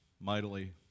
mightily